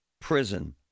prison